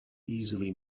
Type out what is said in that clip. easily